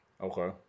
Okay